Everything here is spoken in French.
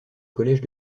collège